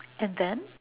and then